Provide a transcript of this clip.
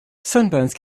sunburns